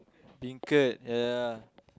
beancurd ya